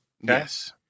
Yes